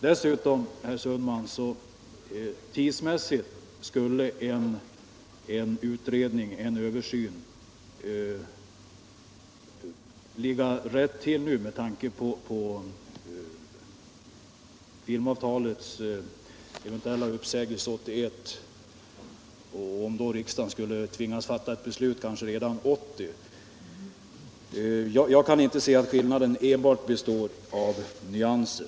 Dessutom skulle, herr Sundman, en översyn tidsmässigt ligga rätt till nu med tanke på en eventuell uppsägning av filmavtalet 1981, då riksdagen kanske tvingas fatta ett beslut redan 1980. Jag kan alltså inte se att skillnaden enbart består av nyanser.